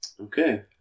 Okay